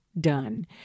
done